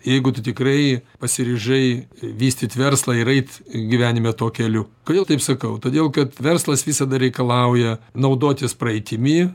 jeigu tu tikrai pasiryžai vystyt verslą ir eit gyvenime tuo keliu kodėl taip sakau todėl kad verslas visada reikalauja naudotis praeitimi